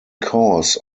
cause